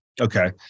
Okay